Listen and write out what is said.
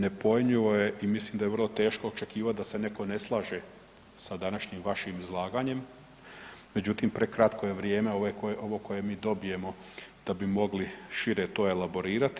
Nepojmljivo je i mislim da je vrlo teško očekivati da se netko ne slaže sa današnjim vašim izlaganjem, međutim prekratko je vrijeme ovo koje mi dobijemo da bi mogli to šire elaborirati.